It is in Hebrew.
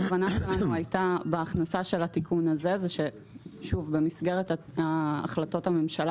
הכוונה שלנו בהכנסה של התיקון הזה הייתה שבמסגרת החלטות הממשלה